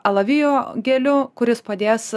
alavijo geliu kuris padės